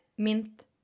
mint